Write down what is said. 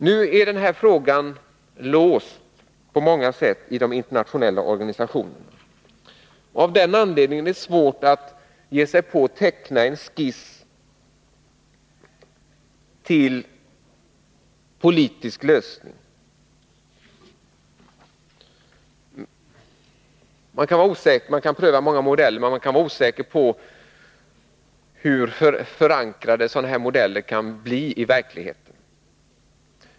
Nu är den här frågan på många sätt låst i de internationella organisationerna. Av den anledningen är det svårt att göra en skiss till politisk lösning. Man kan pröva många modeller, men man kan inte vara säker på hur pass förankrade sådana modeller kan bli i verkligheten.